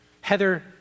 Heather